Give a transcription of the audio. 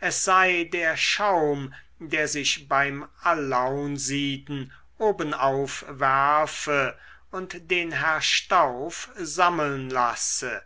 es sei der schaum der sich beim alaunsieden obenauf werfe und den herr stauf sammeln lasse